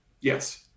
Yes